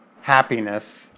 happiness